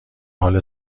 حال